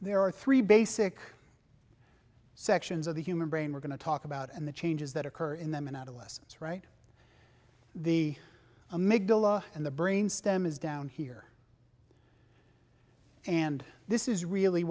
there are three basic sections of the human brain we're going to talk about and the changes that occur in them in adolescence right the a make in the brain stem is down here and this is really